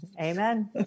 amen